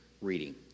reading